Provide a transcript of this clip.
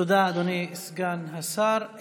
תודה, אדוני סגן השר.